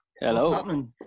Hello